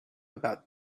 about